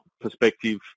perspective